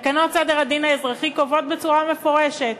תקנות סדר הדין האזרחי קובעות בצורה מפורשת